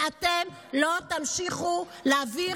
ואתם לא תמשיכו להעביר